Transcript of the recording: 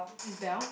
is bell